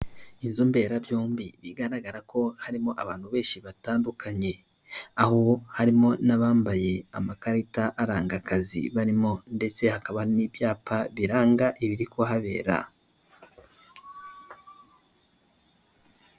Inzu mberabyombi igaragara ko harimo abantu benshi batandukanye, aho bo harimo n'abambaye amakarita aranga akazi barimo ndetse hakaba n'ibyapa biranga ibiri kuhabera.